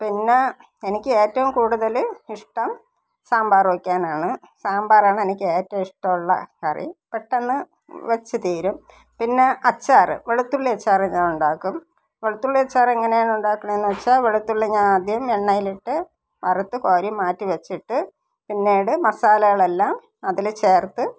പിന്നെ എനിക്ക് ഏറ്റോം കൂടുതൽ ഇഷ്ടം സാമ്പാർ വെയ്ക്കാനാണ് സാമ്പാറാണ് എനിക്ക് ഏറ്റോം ഇഷ്ടമുള്ള കറി പെട്ടെന്ന് വെച്ച് തീരും പിന്നെ അച്ചാറ് വെളുത്തുള്ളി അച്ചാർ ഞാൻ ഉണ്ടാക്കും വെളുത്തുള്ളി അച്ചാർ എങ്ങനെയാണ് ഉണ്ടാക്കണതെന്ന് വെച്ചാൽ വെളുത്തുള്ളി ഞാൻ ആദ്യം എണ്ണയിലിട്ട് വറുത്ത് കോരി മാറ്റി വെച്ചിട്ട് പിന്നീട് മസാലകളെല്ലാം അതിൽ ചേർത്ത്